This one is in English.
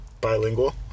Bilingual